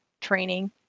training